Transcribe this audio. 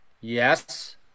Yes